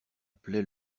plaie